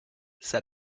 said